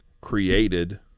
created